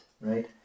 right